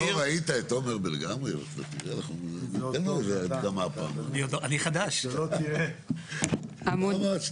אנחנו מקריאים רק את